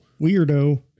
Weirdo